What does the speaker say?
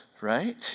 Right